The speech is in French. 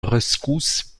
rescousse